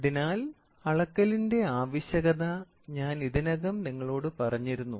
അതിനാൽ അളക്കലിന്റെ ആവശ്യകത ഞാൻ ഇതിനകം നിങ്ങളോട് പറഞ്ഞിരുന്നു